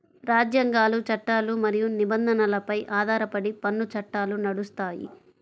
రాజ్యాంగాలు, చట్టాలు మరియు నిబంధనలపై ఆధారపడి పన్ను చట్టాలు నడుస్తాయి